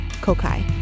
Kokai